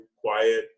quiet